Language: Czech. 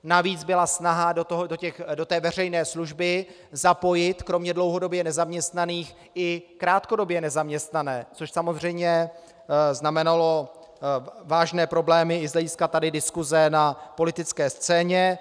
Navíc byla snaha do té veřejné služby zapojit kromě dlouhodobě nezaměstnaných i krátkodobě nezaměstnané, což samozřejmě znamenalo vážné problémy i z hlediska tady diskuse na politické scéně.